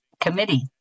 Committee